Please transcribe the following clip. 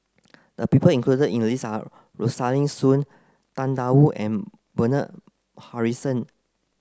the people included in the list are Rosaline Soon Tang Da Wu and Bernard Harrison